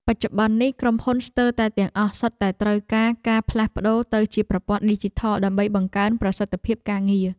បច្ចុប្បន្ននេះក្រុមហ៊ុនស្ទើរតែទាំងអស់សុទ្ធតែត្រូវការការផ្លាស់ប្តូរទៅជាប្រព័ន្ធឌីជីថលដើម្បីបង្កើនប្រសិទ្ធភាពការងារ។